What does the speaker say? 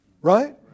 Right